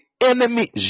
Enemy